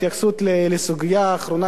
התייחסות לסוגיה האחרונה,